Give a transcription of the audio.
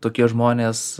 tokie žmonės